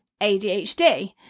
ADHD